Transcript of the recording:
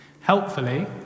Helpfully